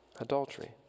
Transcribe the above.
Adultery